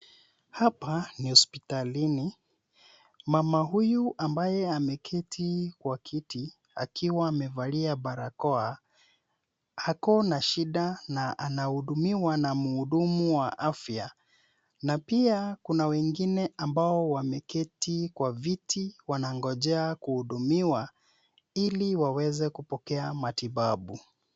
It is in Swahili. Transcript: Hapa ni hospitalini. Mama huyu ambaye ameketi kwa kiti akiwa amevalia kitambaa ako na shida na anahudumiwa na mhudumu wa afya. Na pia kuna wengine ambao wameketi kwa viti wanangojea kuhudumiwa ili waweze kupokea matibabu.